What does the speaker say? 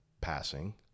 passing